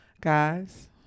Guys